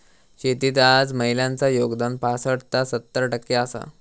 शेतीत आज महिलांचा योगदान पासट ता सत्तर टक्के आसा